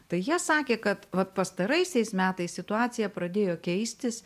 tai jie sakė kad vat pastaraisiais metais situacija pradėjo keistis